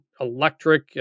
electric